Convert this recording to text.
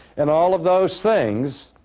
and all of those things.